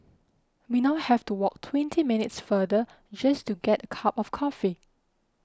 we now have to walk twenty minutes further just to get cup of coffee